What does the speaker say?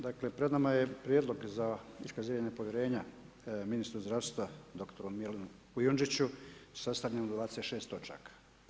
Dakle, pred nama je prijedlog za iskazivanje povjerenja ministru zdravstva dr. Milanu Kujundžiću sastavljen od 26 točaka.